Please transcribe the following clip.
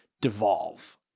devolve